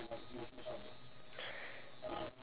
I don't know then what's the king